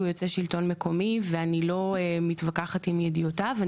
יוצא שלטון מקומי ואני לא מתווכחת עם ידיעותיו,